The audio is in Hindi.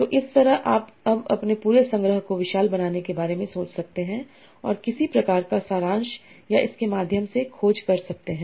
तो इस तरह आप अब अपने पूरे संग्रह को विशाल बनाने के बारे में सोच सकते हैं और किसी प्रकार का सारांश या इसके माध्यम से खोज कर सकते हैं